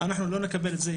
אנחנו לא נקבל את זה.